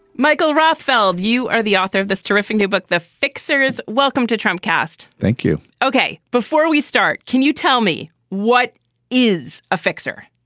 michael rothfeld, you are the author of this terrific new book, the fixers. welcome to trump cast. thank you ok, before we start, can you tell me what is a fixer,